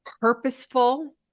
purposeful